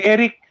Eric